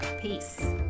Peace